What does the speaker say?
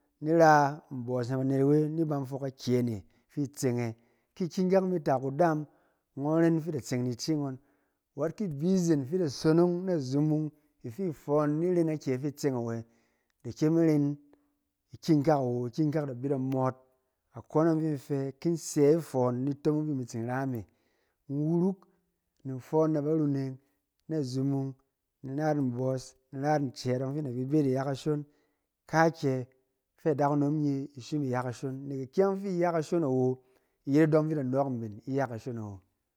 Ni ra mbɔs na banet-awe ni ban fok akyɛ ne fi i tseng ɛ? Ki ikyɛng kak mi ta kudaam, ngɔn ren fi da tseng ni ce ngɔn. Wɛt ki i bi zen fɛ da sonong na zumung ifi fɔn ni ren akyɛ fi i tseng awɛ? Da kyem iren ikyɛng kak awo, ikƴɛng kak da bɛ da mɔt. Akone fi in fɛ, ki in sɛ ifɔn ni tomong ɔng fi in tsin ra me, in wuruk, ni fɔn na baruneng na zumung, in ra yit mbɔs, in ra yit ncɛɛt iyɔng fɛ in di ki bɛ yit ni ya kashon. Kaakyɛ fɛ adakunom nye i shim iya kashon, nek ikyɛng fi iya kashon awo i yet idɔng fi i da nɔɔk mben iya kashon awo.